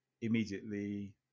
immediately